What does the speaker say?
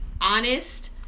honest